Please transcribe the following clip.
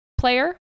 player